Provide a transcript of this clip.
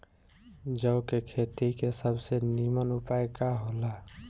जौ के खेती के सबसे नीमन उपाय का हो ला?